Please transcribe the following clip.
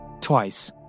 Twice